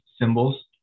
symbols